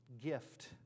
gift